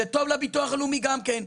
זה טוב לביטוח הלאומי גם כן.